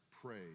pray